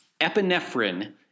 Epinephrine